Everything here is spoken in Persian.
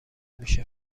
میشه